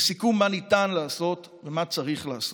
לסיכום, מה כן ניתן לעשות ומה צריך לעשות?